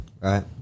right